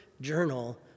journal